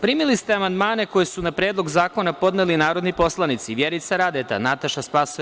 Primili ste amandmane koje su na Predlog zakona podneli narodni poslanici: Vjerica Radeta, Nataša Sp.